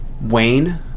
Wayne